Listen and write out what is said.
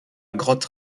grotte